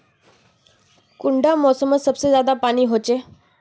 कुंडा मोसमोत सबसे ज्यादा पानी होचे?